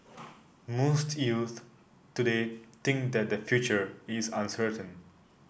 most youths today think that their future is uncertain